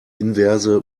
inverse